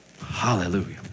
Hallelujah